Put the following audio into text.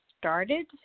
started